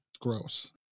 gross